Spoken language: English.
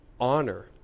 honor